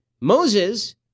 Moses